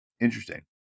Interesting